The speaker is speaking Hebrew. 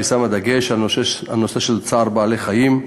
שהיא שמה דגש בנושא של צער בעלי-חיים.